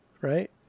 right